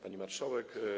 Pani Marszałek!